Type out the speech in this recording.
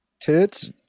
tits